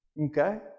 okay